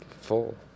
full